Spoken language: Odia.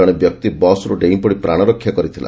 ଜଣେ ବ୍ୟକ୍ତି ବସ୍ରୁ ଡେଇଁପଡ଼ି ପ୍ରାଣରକ୍ଷା କରିଥିଲା